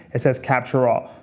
it says capture all.